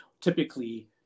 Typically